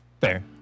fair